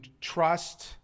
trust